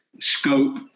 scope